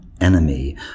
enemy